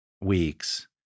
weeks